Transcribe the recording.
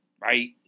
right